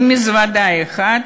עם מזוודה אחת,